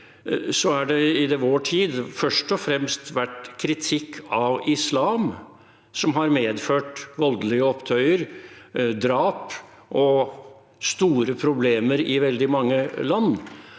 – har det i vår tid først og fremst vært kritikk av islam som har medført voldelige opptøyer, drap og store problemer i veldig mange land.